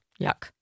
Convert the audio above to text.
Yuck